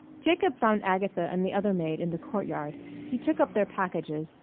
jacob found agatha and the other maid in the court-yard he took up their packages,